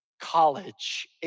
College